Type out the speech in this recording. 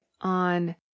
on